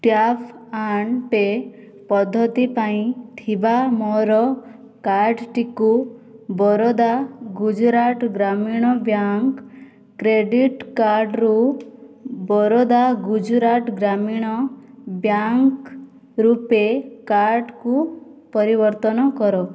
tap and pay ପଦ୍ଧତି ପାଇଁ ଥିବା ମୋର କାର୍ଡ଼ଟିକୁ ବରୋଦା ଗୁଜୁରାଟ ଗ୍ରାମୀଣ ବ୍ୟାଙ୍କ କ୍ରେଡ଼ିଟ୍ କାର୍ଡ଼ରୁ ବରୋଦା ଗୁଜୁରାଟ ଗ୍ରାମୀଣ ବ୍ୟାଙ୍କ ରୂପେ କାର୍ଡ଼କୁ ପରିବର୍ତ୍ତନ କର